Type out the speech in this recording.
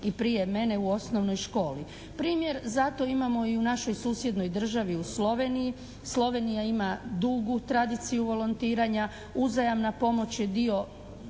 i prije mene, u osnovnoj školi. Primjer za to imamo i u našoj susjednoj državi, u Sloveniji. Slovenija ima dugu tradiciju volontiranja. Uzajamna pomoć je dio